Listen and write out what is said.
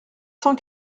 cent